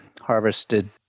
harvested